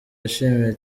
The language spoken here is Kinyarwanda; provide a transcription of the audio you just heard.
yashimiye